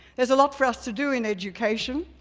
there's a lot for us to do in education,